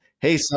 Hey